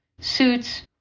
suits